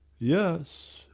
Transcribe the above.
yes,